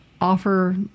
offer